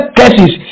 cases